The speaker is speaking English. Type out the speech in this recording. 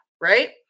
right